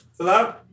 Hello